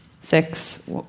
Six